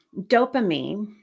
dopamine